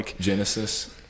Genesis